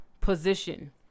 position